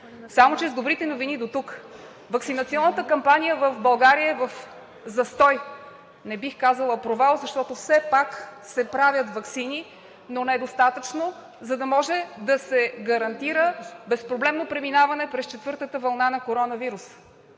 Само че с добрите новини дотук. Ваксинационната кампания в България е в застой, не бих казала провал, защото все пак се правят ваксини, но не достатъчно, за да може да се гарантира безпроблемно преминаване през четвъртата вълна на коронавируса